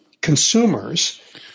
consumers